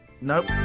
Nope